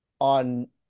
on